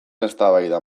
eztabaida